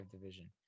division